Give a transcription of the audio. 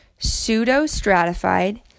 pseudostratified